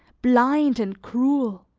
blind and cruel.